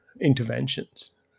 interventions